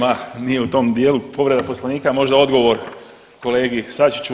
Ah, nije u tom dijelu povreda Poslovnika, možda odgovor kolegi Sačiću.